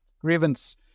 grievance